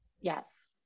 Yes